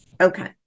Okay